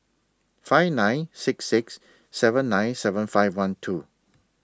five nine six six seven nine seven five one two